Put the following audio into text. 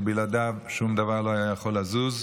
שבלעדיו שום דבר לא היה יכול לזוז,